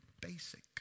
basic